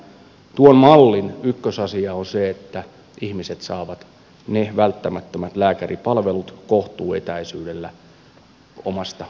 tuon mallin ykkösasia on se että ihmiset saavat välttämättömät lääkäripalvelut kohtuuetäisyydellä omasta asuinpaikasta